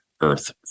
earth